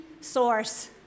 source